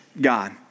God